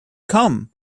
come